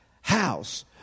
house